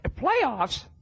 Playoffs